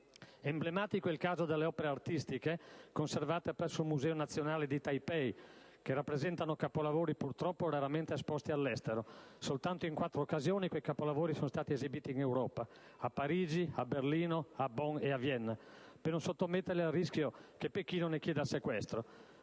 Emblematico è il caso delle opere artistiche conservate presso il Museo nazionale di Taipei, che rappresentano capolavori purtroppo raramente esposti all'estero (soltanto in quattro occasioni quei capolavori sono stati esibiti in Europa: a Parigi, a Berlino, a Bonn e a Vienna) per non sottometterli al rischio che Pechino ne chieda il sequestro.